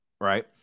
Right